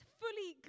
fully